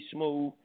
Smooth